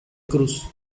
cruz